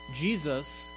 Jesus